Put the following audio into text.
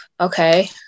okay